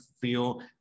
feel